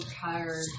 tired